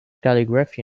calligraphy